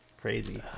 Crazy